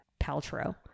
Paltrow